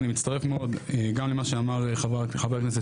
אני מצטרף מאוד גם למה שאמר חבר הכנסת